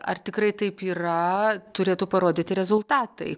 ar tikrai taip yra turėtų parodyti rezultatai